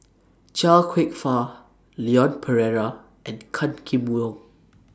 Chia Kwek Fah Leon Perera and Gan Kim Yong